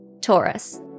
Taurus